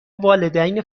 والدین